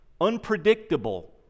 unpredictable